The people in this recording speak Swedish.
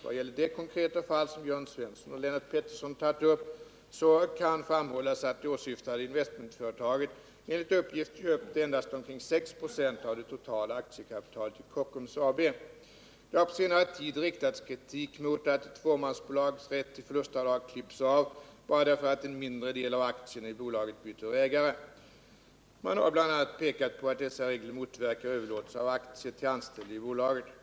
Vad gäller det konkreta fall som Jörn Svensson och Lennart Pettersson tagit upp kan framhållas att det åsyftade investmentföretaget enligt uppgift köpt endast omkring 6 96 av det totala aktiekapitalet i Kockums AB. Det har på senare tid riktats kritik mot att ett fåmansbolags rätt till förlustavdrag klipps av bara därför att en mindre del av aktierna i bolaget byter ägare. Man har bl.a. pekat på att dessa regler motverkar överlåtelser av aktier till anställda i bolaget.